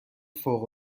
فوق